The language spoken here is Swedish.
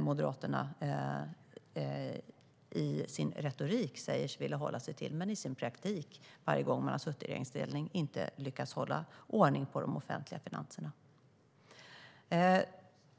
Moderaterna i sin retorik säger sig vilja hålla sig till. Men varje gång som de har suttit i regeringsställning har de inte i praktiken lyckats hålla ordning på de offentliga finanserna.